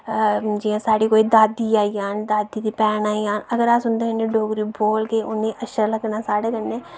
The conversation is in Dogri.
जियां कोई दादी आई जान दादी दी भैन आई जान अगर अस उंदे कन्नै डोगरी बोलगे उनेंगी अच्छा लग्गना